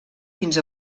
fins